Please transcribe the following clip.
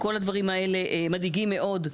כל הדברים האלה מדאיגים מאוד.